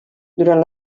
durant